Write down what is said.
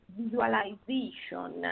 visualization